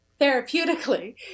therapeutically